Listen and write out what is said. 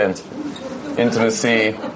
Intimacy